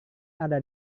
ada